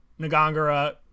nagangara